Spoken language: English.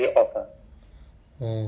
then um